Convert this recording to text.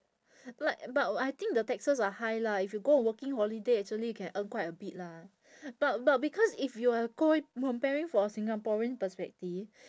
like but I think the taxes are high lah if you go working holiday actually you can earn quite a bit lah but but because if you are comparing for singaporean perspective